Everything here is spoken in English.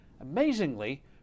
Amazingly